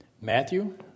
Matthew